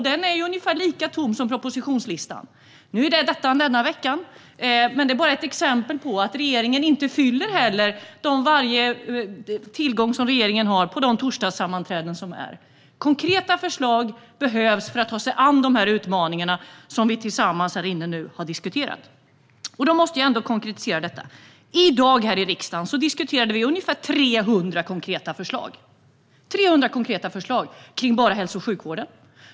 Den är ungefär lika tom som propositionslistan. Nu gäller detta denna vecka, men det är bara ett exempel på att regeringen inte fyller torsdagssammanträdena. Konkreta förslag behövs för att man ska kunna ta sig an de utmaningar som vi nu har diskuterat. Då måste jag ändå konkretisera detta. I dag diskuterade vi i riksdagen ungefär 300 konkreta förslag. Det är 300 konkreta förslag kring bara hälso och sjukvården.